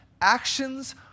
actions